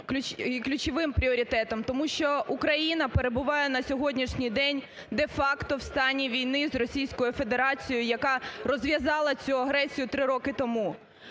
ключовим пріоритетом, тому що Україна перебуває на сьогоднішній день де-факто в стані війни з Російською Федерацією, яка розв'язала цю агресію 3 року тому.